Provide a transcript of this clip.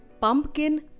pumpkin